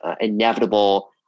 inevitable